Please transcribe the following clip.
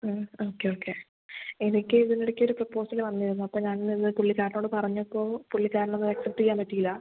ആ okay okay എനിക്ക് ഇതിനെടയ്ക്കൊരു പ്രൊപ്പോസൽ വന്നിരുന്നു അപ്പം ഞാൻ അത് പുള്ളിക്കാരനോട് പറഞ്ഞപ്പോൾ പുള്ളിക്കാരനത് അക്സെപ്റ്റ് ചെയ്യാൻ പറ്റിയില്ല